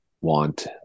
want